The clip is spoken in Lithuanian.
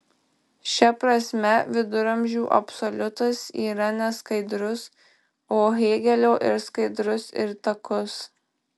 šia prasme viduramžių absoliutas yra neskaidrus o hėgelio ir skaidrus ir takus